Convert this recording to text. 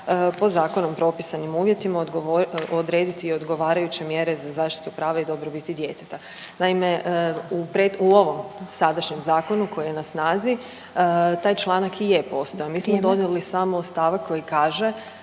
po zakonom propisanim uvjetima odrediti odgovarajuće mjere za zaštiti prava i dobrobiti djeteta. Naime, u pred, u ovom sadašnjem zakonu koji je na snazi taj članak i je postojao…/Upadica Glasovac: